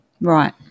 Right